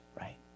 right